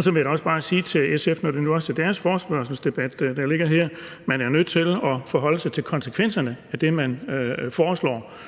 Så vil jeg også bare sige til SF, når det nu er deres forespørgselsdebat, der ligger her, at man er nødt til at forholde sig til konsekvenserne af det, man foreslår,